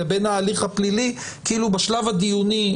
לבין ההליך הפלילי בשלב הדיוני,